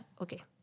okay